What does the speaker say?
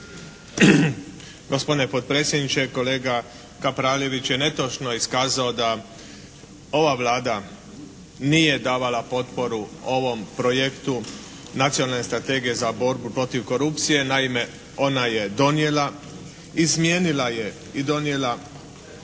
Gospodine potpredsjedniče, kolega Kapraljević je netočno iskazao da ova Vlada nije davala potporu ovom projektu Nacionalne strategije za borbu protiv korupcije. Naime, ona je donijela i smijenila je i donijela